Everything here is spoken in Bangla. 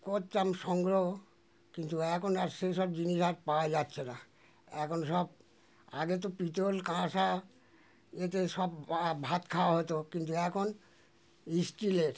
করতাম সংগ্রহ কিন্তু এখন আর সেই সব জিনিস আর পাওয়া যাচ্ছে না এখন সব আগে তো পিতল কাঁসা এতে সব বা ভাত খাওয়া হতো কিন্তু এখন স্টিলের